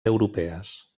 europees